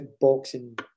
boxing